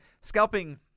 scalping